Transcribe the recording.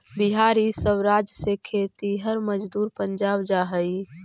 बिहार इ सब राज्य से खेतिहर मजदूर पंजाब जा हई